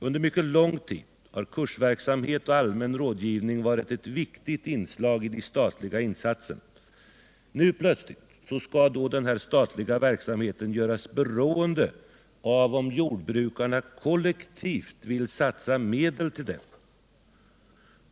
Under mycket lång tid har kursverksamhet och rådgivning varit ett viktigt inslag i de statliga insatserna. Nu plötsligt skall den här statliga verksamheten göras beroende av om jordbrukarna kollektivt vill satsa medel till den.